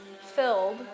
filled